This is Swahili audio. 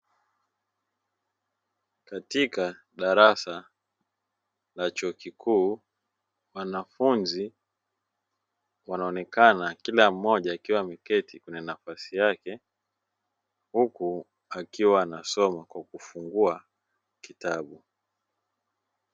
Katika darasa la chuo kikuu, wanafunzi wanaonekana kila mmoja akiwa ameketi kwenye nafasi yake, huku akiwa anasoma kwa kufungua kitabu.